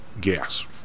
gas